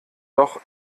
doch